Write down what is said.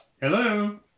Hello